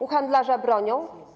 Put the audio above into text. U handlarza bronią?